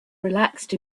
relaxed